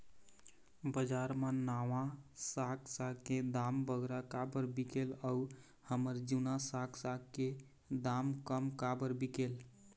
बजार मा नावा साग साग के दाम बगरा काबर बिकेल अऊ हमर जूना साग साग के दाम कम काबर बिकेल?